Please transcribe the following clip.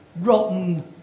rotten